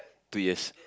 two years